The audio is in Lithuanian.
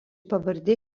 pavardė